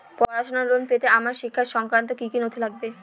পড়াশুনোর লোন পেতে আমার শিক্ষা সংক্রান্ত কি কি নথি লাগবে?